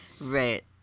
Right